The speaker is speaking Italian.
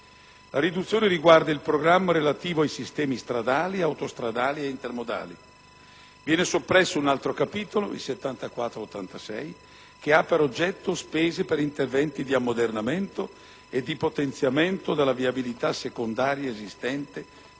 La riduzione riguarda il programma relativo ai sistemi stradali, autostradali e intermodali. Viene soppresso il capitolo 7486, che ha per oggetto le spese per interventi di ammodernamento e di potenziamento della viabilità secondaria esistente